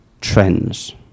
trends